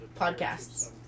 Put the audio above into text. podcasts